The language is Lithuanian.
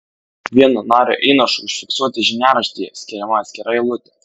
vieno nario įnašui užfiksuoti žiniaraštyje skiriama atskira eilutė